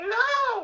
no